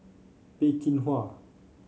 Peh Chin Hua